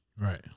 Right